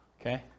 okay